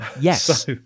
Yes